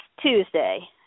Tuesday